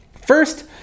First